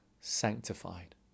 sanctified